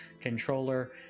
controller